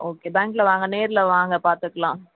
okay பேங்கில் வாங்க நேரில் வாங்க பார்த்துக்குலாம்